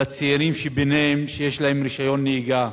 לצעירים שביניהם שיש להם רשיון נהיגה,